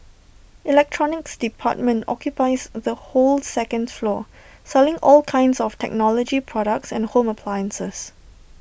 electronics department occupies the whole second floor selling all kinds of technology products and home appliances